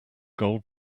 gold